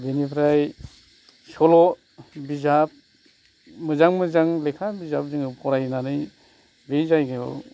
बिनिफ्राय सल' बिजाब मोजां मोजां लेखा बिजाब जोङो फरायनानै बे जायगायाव